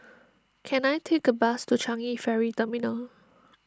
can I take a bus to Changi Ferry Terminal